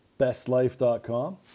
bestlife.com